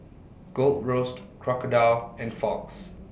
Gold Roast Crocodile and Fox